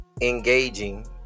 engaging